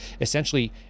Essentially